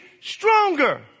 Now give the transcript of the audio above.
stronger